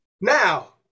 now